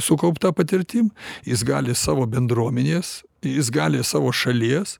sukaupta patirtim jis gali savo bendruomenės jis gali savo šalies